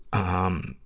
um,